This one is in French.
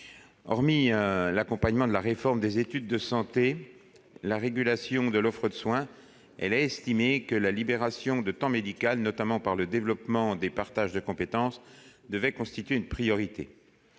Hormis l'accompagnement de la réforme des études de santé et la régulation de l'offre de soins, elle a estimé que la libération de temps médical, notamment par le développement des partages de compétences, devait constituer une priorité.